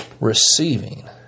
receiving